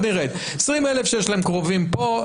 20,000 שיש להם קרובים פה,